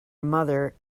mother